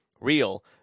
real